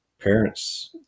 parents